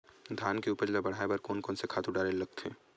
धान के उपज ल बढ़ाये बर कोन से खातु डारेल लगथे?